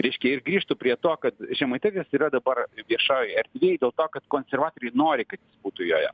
reiškia ir grįžtu prie to kad žemaitaitis yra dabar viešoj erdvėj dėl to kad konservatoriai nori kad būtų joje